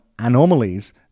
anomalies